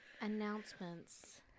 Announcements